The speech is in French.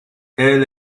elle